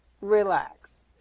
Relax